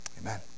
amen